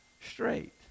straight